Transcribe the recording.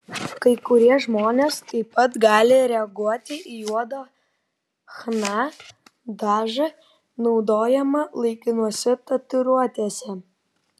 kai kurie žmonės taip pat gali reaguoti į juodą chna dažą naudojamą laikinose tatuiruotėse